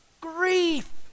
grief